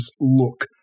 look